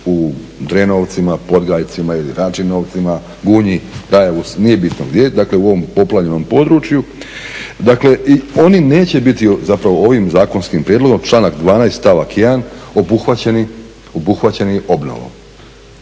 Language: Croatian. u Drenovcima, Podgajcima ili Račinovcima, Gunji, Rajevu nije bitno gdje, dakle u ovom poplavljenom području. Dakle, oni neće biti zapravo ovim zakonskim prijedlogom, članak 12. stavak 1. obuhvaćeni obnovom.